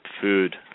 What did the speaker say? food